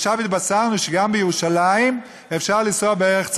עכשיו התבשרנו שגם בירושלים אפשר לנסוע בערך צבור,